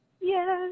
Yes